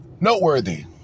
noteworthy